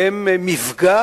הם מפגע